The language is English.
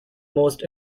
most